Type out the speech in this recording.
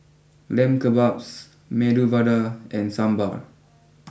Lamb Kebabs Medu Vada and Sambar